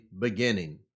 beginning